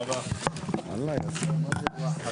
הישיבה ננעלה בשעה 15:30.